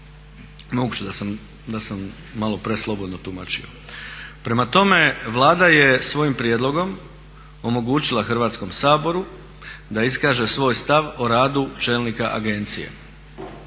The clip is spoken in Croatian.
Moguće da sam malo preslobodno tumačio. Prema tome, Vlada je svojim prijedlogom omogućila Hrvatskom saboru da iskaže svoj stav o radu čelnika agencije,